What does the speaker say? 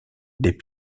des